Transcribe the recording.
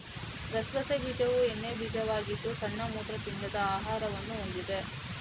ಗಸಗಸೆ ಬೀಜವು ಎಣ್ಣೆ ಬೀಜವಾಗಿದ್ದು ಸಣ್ಣ ಮೂತ್ರಪಿಂಡದ ಆಕಾರವನ್ನು ಹೊಂದಿದೆ